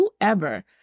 whoever